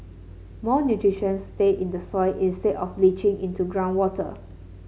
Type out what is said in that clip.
more nutrition stay in the soil instead of leaching into groundwater